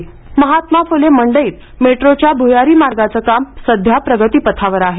मंडई गाळेधारक महात्मा फुले मंडईत मेट्रोच्या भुयारी मार्गाचे काम सध्या प्रगतीपथावर आहे